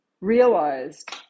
realized